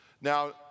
Now